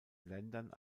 ländern